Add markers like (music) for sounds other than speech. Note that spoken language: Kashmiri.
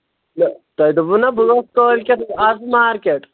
(unintelligible) تۄہہِ دوٚپوُ نہ بہٕ وَسہٕ کٲلۍکٮ۪تھ آز مارکیٹ